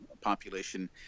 population